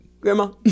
Grandma